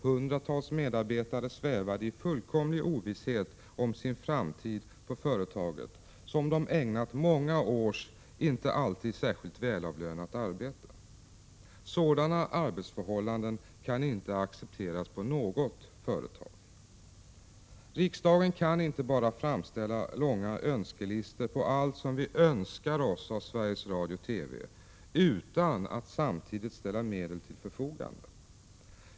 Hundratals medarbetare svävade i fullkomlig ovisshet om sin framtid på företaget, som de ägnat många års inte alltid särskilt välavlönat arbete. Sådana arbetsförhållanden kan inte accepteras på något företag. Vi kan här i riksdagen inte bara framställa långa listor på allt som vi önskar oss av Sveriges Radio/TV utan att samtidigt ställa medel till förfogande.